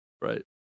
Right